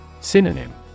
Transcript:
Synonym